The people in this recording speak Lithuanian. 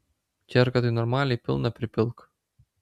čierką tai normaliai pilną pripilk